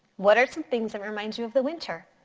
what are some things that remind you of the winter.